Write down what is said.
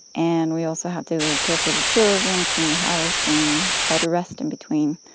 and we also have to care for the children, clean the house and try to rest in between.